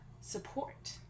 support